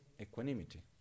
equanimity